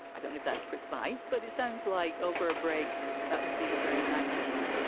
i don't know if that's precise, but it sounds like over a break that would be the very maximum.